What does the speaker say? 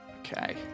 Okay